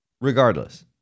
regardless